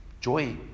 joy